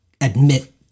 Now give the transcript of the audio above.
admit